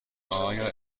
آیا